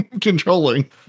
controlling